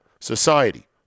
society